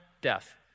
death